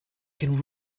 can